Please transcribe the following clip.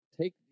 take